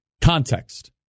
context